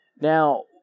Now